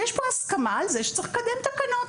יש פה הסכמה על זה שצריך לקדם תקנות,